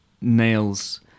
nails